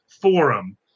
forum